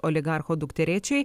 oligarcho dukterėčiai